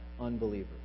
unbelievers